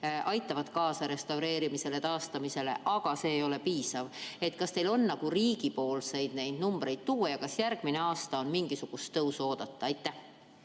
aitavad kaasa restaureerimisele ja taastamisele, aga see ei ole piisav. Kas teil on neid riigieelarvelisi summasid tuua? Ja kas järgmine aasta on mingisugust tõusu oodata? Jah,